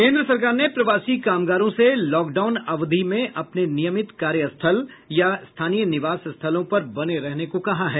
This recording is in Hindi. केन्द्र सरकार ने प्रवासी कामगारों से लॉकडाउन अवधि में अपने नियमित कार्य स्थल या स्थानीय निवास स्थलों पर बने रहने को कहा है